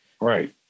Right